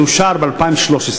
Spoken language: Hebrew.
זה אושר ב-2013.